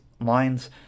lines